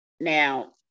Now